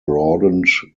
broadened